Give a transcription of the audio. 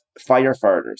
firefighters